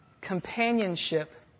companionship